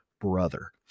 brother